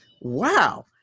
Wow